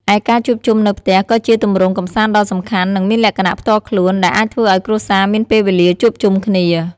ឯការជួបជុំនៅផ្ទះ ក៏ជាទម្រង់កម្សាន្តដ៏សំខាន់ និងមានលក្ខណៈផ្ទាល់ខ្លួន ដែលអាចធ្វើអោយគ្រួសារមានពេលវេលាជួបជុំគ្នា។